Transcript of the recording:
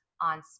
on